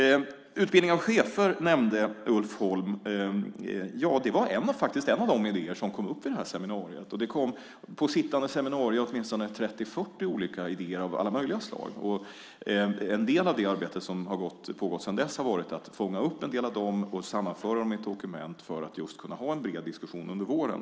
Utbildning av chefer nämnde Ulf Holm. Det var en av de idéer som kom upp vid seminariet. Det kom på sittande seminarium åtminstone 30-40 olika idéer av alla möjliga slag. En del av det arbete som pågått sedan dess har varit att fånga upp en del av dem och sammanföra dem i ett dokument för att kunna ha en bred diskussion under våren.